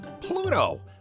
Pluto